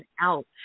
out